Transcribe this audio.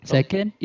Second